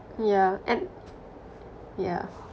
yeah and yeah